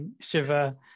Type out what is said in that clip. Shiva